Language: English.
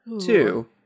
Two